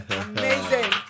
Amazing